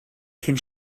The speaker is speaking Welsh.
cyn